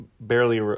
barely